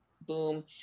boom